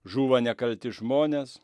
žūva nekalti žmonės